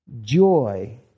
joy